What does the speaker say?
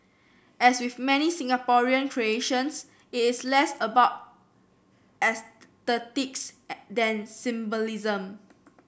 as with many Singaporean creations it is less about aesthetics than symbolism